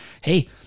hey